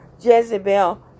Jezebel